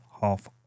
half